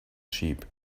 sheep